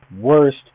worst